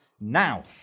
now